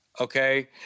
okay